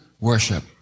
worship